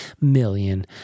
million